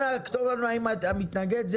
אנא כתוב לנו האם אתה מתנגד או מאשר,